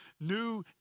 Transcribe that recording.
new